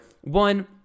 One